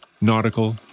nautical